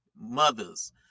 mothers